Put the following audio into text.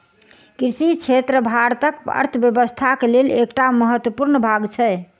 कृषि क्षेत्र भारतक अर्थव्यवस्थाक लेल एकटा महत्वपूर्ण भाग छै